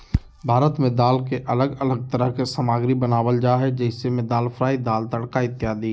भारत में दाल के अलग अलग तरह के सामग्री बनावल जा हइ जैसे में दाल फ्राई, दाल तड़का इत्यादि